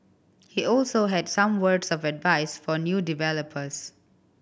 he also had some words of advice for new developers